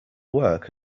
work